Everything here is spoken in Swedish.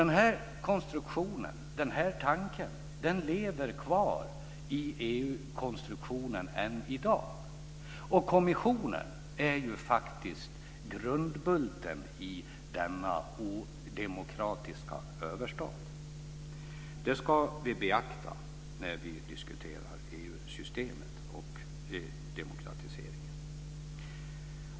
Den här konstruktionen och tanken lever kvar i EU-konstruktionen än i dag. Kommissionen är faktiskt grundbulten i denna odemokratiska överstat. Det ska vi beakta när vi diskuterar EU-systemet och demokratiseringen.